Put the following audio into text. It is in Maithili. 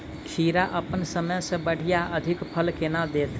खीरा अप्पन समय सँ बढ़िया आ अधिक फल केना देत?